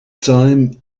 time